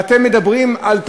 ואתם מדברים על תורה,